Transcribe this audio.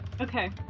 Okay